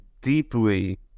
deeply